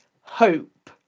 hope